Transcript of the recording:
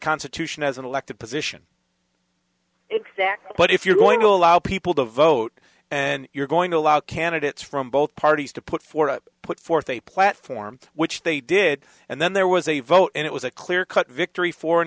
constitution as an elected position exactly but if you're going to allow people to vote and you're going to allow candidates from both parties to put forth put forth a platform which they did and then there was a vote and it was a clear cut victory for an